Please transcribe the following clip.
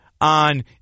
on